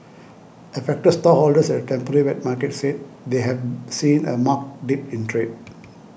affected stallholders at the temporary wet market said they have seen a marked dip in trade